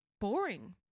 boring